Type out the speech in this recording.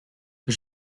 que